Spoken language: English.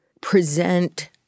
present